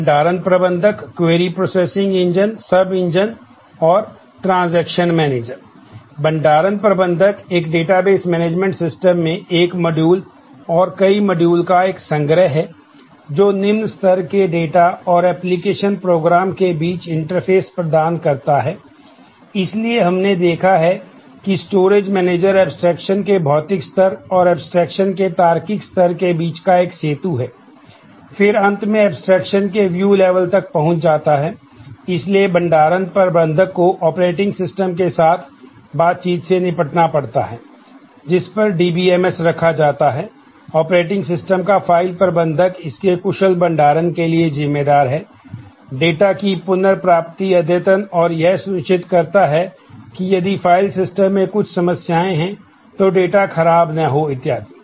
भंडारण प्रबंधक एक डेटाबेस मैनेजमेंट सिस्टम रखा जाता है ऑपरेटिंग सिस्टम का फ़ाइल प्रबंधक इसके कुशल भंडारण के लिए जिम्मेदार है डेटा की पुनर्प्राप्ति अद्यतन और यह सुनिश्चित करता है कि यदि फ़ाइल सिस्टम में कुछ समस्याएं हैं तो डेटा खराब न हो इत्यादि